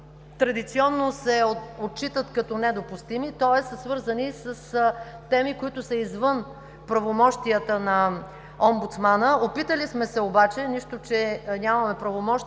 традиционно се отчитат като недопустими, тоест са свързани с теми, които са извън правомощията на омбудсмана. Опитали сме се обаче, нищо че нямаме правомощия